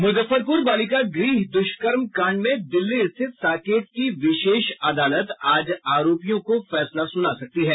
मुजफ्फरपुर बालिका गृह दुष्कर्म कांड में दिल्ली स्थित साकेत की विशेष अदालत आज आरोपियों को फैसला सुना सकती है